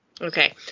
Okay